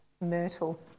myrtle